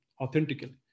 authentically